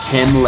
Tim